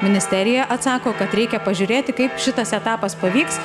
ministerija atsako kad reikia pažiūrėti kaip šitas etapas pavyks